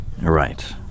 Right